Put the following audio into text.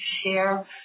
share